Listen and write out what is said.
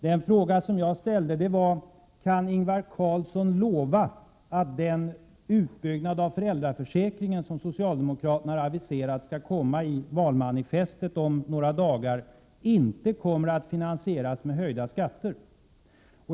Den fråga som jag ställde var denna: Kan Ingvar Carlsson lova att den utbyggnad av föräldraförsäkringen som socialdemokraterna har aviserat skall komma i valmanifestet om några dagar inte kommer att finansieras med höjda skatter?